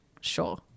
Sure